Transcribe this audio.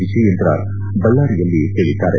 ವಿಜಯೇಂದ್ರ ಬಳ್ಳಾರಿಯಲ್ಲಿ ಹೇಳಿದ್ದಾರೆ